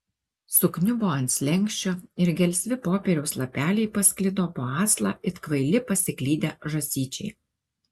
sukniubo ant slenksčio ir gelsvi popieriaus lapeliai pasklido po aslą it kvaili pasiklydę žąsyčiai